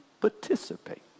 participate